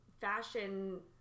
fashion